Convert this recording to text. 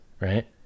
right